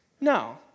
No